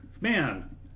Man